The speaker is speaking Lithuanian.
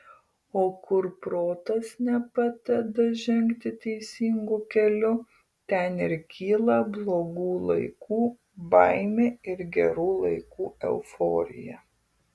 o kur protas nepadeda žengti teisingu keliu ten ir kyla blogų laikų baimė ir gerų laikų euforija